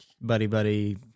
buddy-buddy